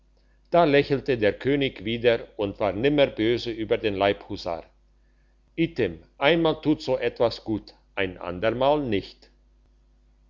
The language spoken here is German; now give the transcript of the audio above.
da lächelte der könig wieder und war nimmer böse über den leibhusar item einmal tut so etwas gut ein ander mal nicht